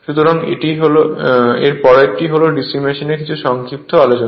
সুতরাং এর পরেরটি হল DC মেশিনের কিছু সংক্ষিপ্ত আলোচনা